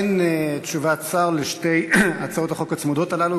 אין תשובת שר על שתי הצעות החוק הצמודות האלה,